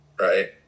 right